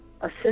assist